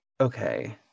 Okay